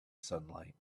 sunlight